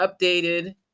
updated